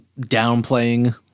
downplaying